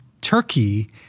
Turkey